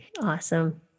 Awesome